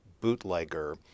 bootlegger